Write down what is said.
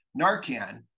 Narcan